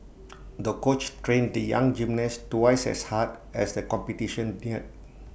the coach trained the young gymnast twice as hard as the competition neared